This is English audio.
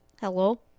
Hello